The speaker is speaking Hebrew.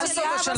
העלייה בשכר.